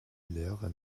leere